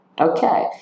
okay